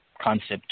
concept